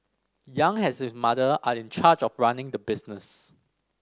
Yang has his mother are in charge of running the business